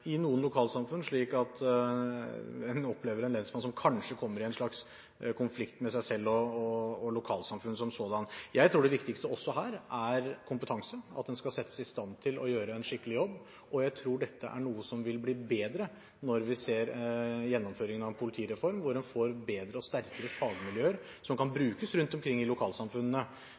I noen lokalsamfunn kan man oppleve en lensmann som kommer i en konfliktsituasjon med seg selv og lokalsamfunnet som sådant. Jeg tror det viktigste også her er kompetanse, at man skal settes i stand til å gjøre en skikkelig jobb. Jeg tror dette er noe som vil bli bedre når vi ser gjennomføringen av en politireform, og får bedre og sterkere fagmiljøer, som kan brukes rundt omkring i lokalsamfunnene